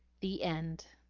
the end.